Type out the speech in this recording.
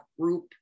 group